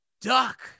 duck